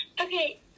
Okay